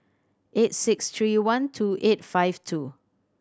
eight six three one two eight five two